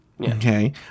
Okay